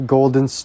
Golden